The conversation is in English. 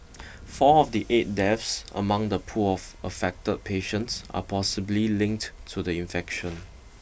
four of the eight deaths among the pool of affected patients are possibly linked to the infection